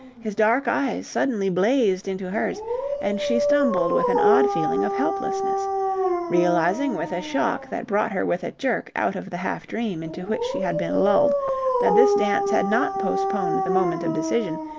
his dark eyes suddenly blazed into hers and she stumbled with an odd feeling of helplessness realizing with a shock that brought her with a jerk out of the half-dream into which she had been lulled that this dance had not postponed the moment of decision,